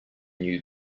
new